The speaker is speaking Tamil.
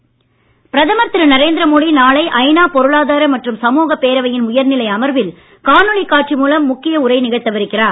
மோடி மாநாடு பிரதமர் திரு நரேந்திர மோடி நாளை ஐ நா பொருளாதார மற்றும் சமூகப் பேரவையின் உயர்நிலை அமர்வில் காணொளி காட்சி மூலம் முக்கிய உரை நிகழ்த்த இருக்கிறார்